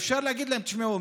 אפשר להגיד להם: תשמעו,